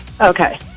okay